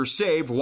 save